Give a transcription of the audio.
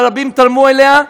ורבים תרמו לה.